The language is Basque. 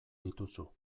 dituzu